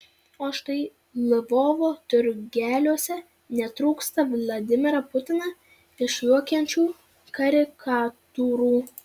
o štai lvovo turgeliuose netrūksta vladimirą putiną išjuokiančių karikatūrų